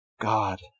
God